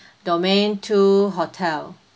domain two hotel